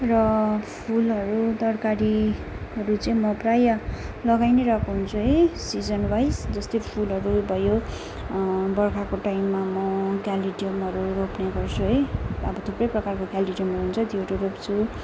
र फुलहरू तरकारीहरू चाहिँ म प्रायः लगाई नै रहेको हुन्छु है सिजनवाइज जस्तै फुलहरू भयो बर्खाको टाइममा म केलेडियमहरू रोप्ने गर्छु है अब थुप्रै प्रकारको केलेडियमहरू हुन्छ त्योहरू रोप्छु